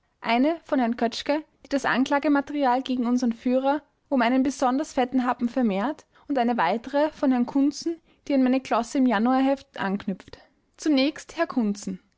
eine von herrn kötschke die das anklagematerial gegen unsern führer um einen besonders fetten happen vermehrt und eine weitere von herrn kuntzen die an meine glosse im januarheft anknüpft zunächst herr kuntzen